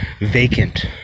vacant